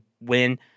win